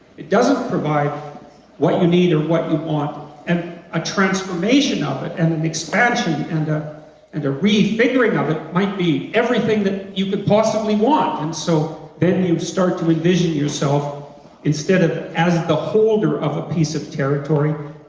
it doesn't provide what you need or what you want and a transformation of it, and the expansion, and and the re-figuring of it might be everything that you can possibly want and so then you start to envision yourself instead of, as the holder of a piece of territory,